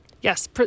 Yes